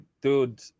dude